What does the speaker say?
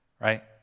right